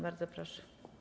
Bardzo proszę.